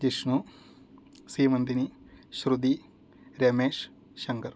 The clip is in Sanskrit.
तिश्नु सीमन्तिनि श्रुति रमेश् शङ्कर्